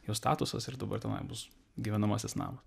jos statusas ir dabar tenai bus gyvenamasis namas